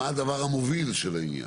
מה הדבר המוביל של העניין?